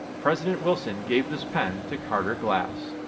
president wilson gave this pen to carter glass.